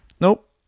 Nope